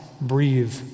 breathe